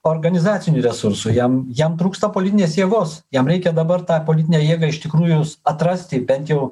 organizacinių resursų jam jam trūksta politinės jėgos jam reikia dabar tą politinę jėgą iš tikrųjų atrasti bent jau